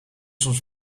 soms